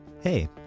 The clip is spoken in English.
Hey